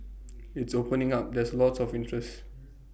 it's opening up there's lots of interest